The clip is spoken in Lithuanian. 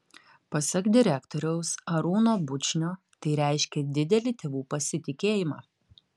pasak direktoriaus arūno bučnio tai reiškia didelį tėvų pasitikėjimą